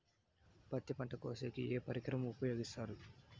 పత్తి పంట కోసేకి ఏ పరికరం ఉపయోగిస్తారు?